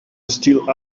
still